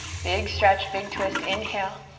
big stretch, big twist, inhale.